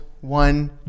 one